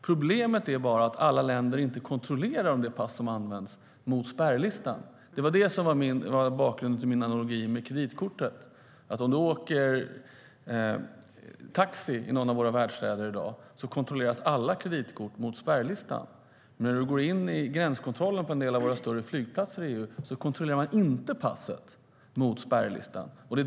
Problemet är att alla länder inte kontrollerar passen mot spärrlistan. Det var bakgrunden till min analogi med kreditkortet. Åker man taxi i någon av våra världsstäder kontrolleras alla kreditkort mot spärrlistan, men i gränskontrollen på en del av våra större flygplatser i EU kontrolleras passet inte mot spärrlistan.